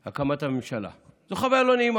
ראש הממשלה החליפי חבר הכנסת יאיר לפיד,